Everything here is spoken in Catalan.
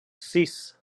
sis